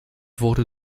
wurde